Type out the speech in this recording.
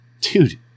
Dude